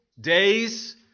days